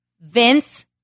Vince